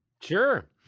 Sure